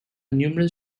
numerous